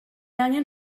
angen